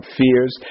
fears